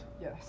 Yes